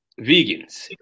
vegans